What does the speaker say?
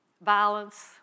Violence